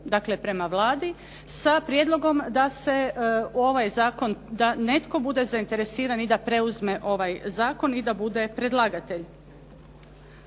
dakle prema Vladi sa prijedlogom da se u ovaj zakon, da netko bude zainteresiran i da preuzme ovaj zakon i da bude predlagatelj.